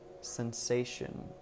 sensation